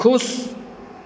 खुश